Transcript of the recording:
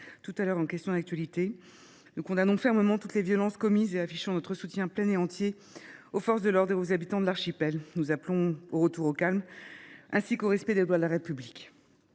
au Gouvernement. Nous condamnons fermement toutes les violences commises et affichons notre soutien plein et entier aux forces de l’ordre et aux habitants de l’archipel. Nous appelons au retour au calme, ainsi qu’au respect des lois de la République.